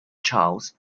charles